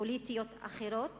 פוליטיות אחרות